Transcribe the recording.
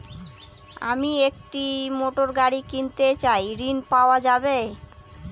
আমি একটি মোটরগাড়ি কিনতে চাই ঝণ পাওয়া যাবে?